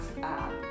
app